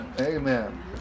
Amen